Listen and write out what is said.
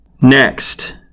Next